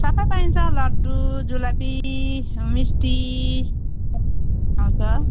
सबै पाइन्छ लड्डु जुलपी मिस्टी हजुर